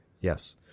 Yes